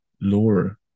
Lore